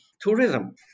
tourism